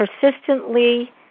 persistently